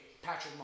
Patrick